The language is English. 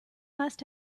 must